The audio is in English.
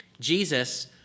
Jesus